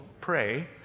pray